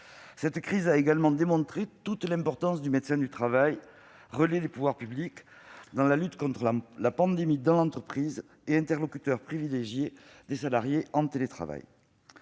Cette crise a également montré toute l'importance du médecin du travail, relais des pouvoirs publics dans la lutte contre la pandémie au sein de l'entreprise et interlocuteur privilégié des salariés en télétravail.